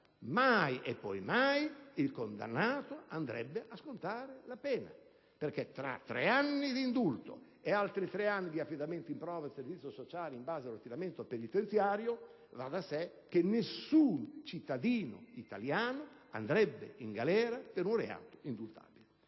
mai e poi mai il condannato andrebbe a scontare la pena: tra i tre anni di indulto e gli altri tre anni di affidamento in prova ai servizi sociali in base all'ordinamento penitenziario, va da sé che nessun cittadino italiano andrebbe in galera per un reato indultabile.